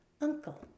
uncle